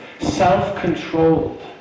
self-controlled